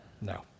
No